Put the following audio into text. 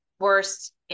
worst